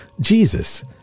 Jesus